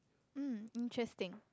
um interesting